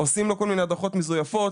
עושים לו כל מיני הדרכות מזויפות,